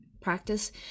practice